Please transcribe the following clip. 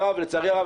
הסנגוריה הציבורית,